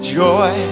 joy